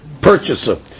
purchaser